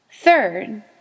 Third